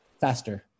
faster